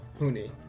Huni